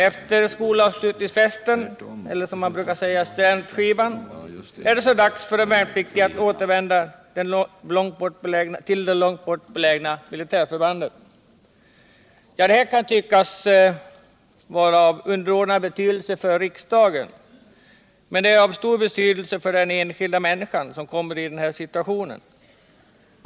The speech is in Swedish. Efter skolavslutningsfesten — eller som man brukar säga studentskivan — är det så dags för den värnpliktige att återvända till det långt bort belägna militärförbandet. Det här kan tyckas vara en fråga av underordnad betydelse för riksdagen, men den är av stor betydelse för den enskilda människan som kommer i denna situation.